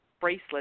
Bracelet